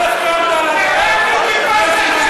מאיפה קיבלת כסף